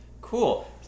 Cool